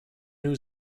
new